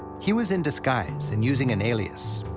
he was in disguise and using an alias.